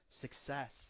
success